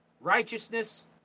righteousness